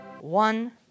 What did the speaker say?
One